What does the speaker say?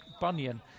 bunyan